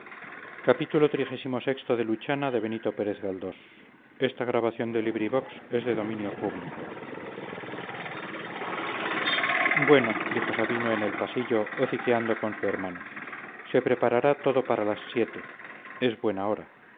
bueno dijo sabino en el pasillo hociqueando con su hermano se preparará todo para las siete es buena hora